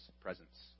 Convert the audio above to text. presence